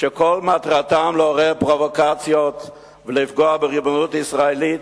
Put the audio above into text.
שכל מטרתם לעורר פרובוקציות ולפגוע בריבונות ישראלית,